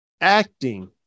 acting